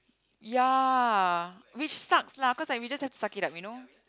ya which sucks lah cause like we just have to suck it up you know